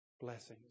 blessings